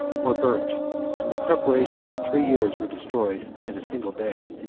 or burnt and the preparations of three years were destroyed in a single day.